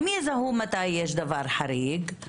הם יזהו מתי יש דבר חריג,